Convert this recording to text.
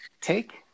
take